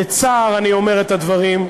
בצער אני אומר את הדברים,